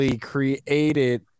created